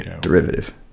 derivative